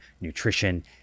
nutrition